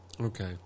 Okay